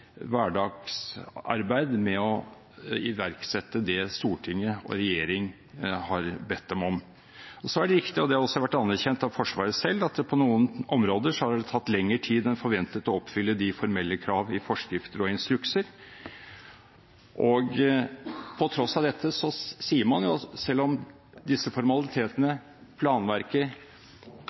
hverdagsarbeid med å iverksette det storting og regjering har bedt dem om. Så er det riktig, og det har også vært anerkjent av Forsvaret selv, at på noen områder har det tatt lengre tid enn forventet å oppfylle de formelle krav i forskrifter og instrukser. På tross av dette sier man, selv om disse formalitetene, planverket,